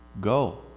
go